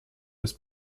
des